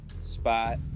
spot